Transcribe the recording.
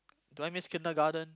do I miss kindergarten